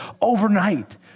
overnight